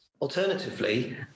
Alternatively